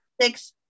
six